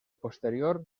posterior